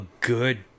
good